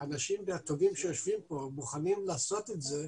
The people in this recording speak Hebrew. במשפחת סולימני,